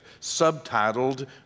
subtitled